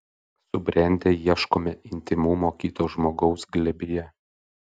subrendę ieškome intymumo kito žmogaus glėbyje